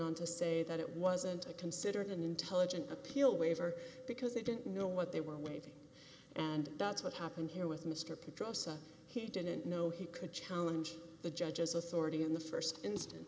on to say that it wasn't considered an intelligent appeal waiver because they didn't know what they were waiting and that's what happened here with mr petrofsky he didn't know he could challenge the judges authority in the st instance